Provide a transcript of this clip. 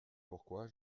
pourquoi